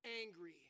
angry